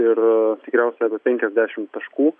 ir tikriausiai penkiasdešimt taškų